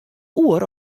oer